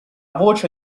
voce